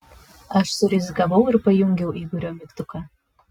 aš surizikavau ir pajungiau igorio mygtuką